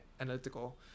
analytical